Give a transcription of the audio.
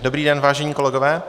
Dobrý den, vážení kolegové.